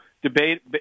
Debate